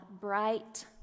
bright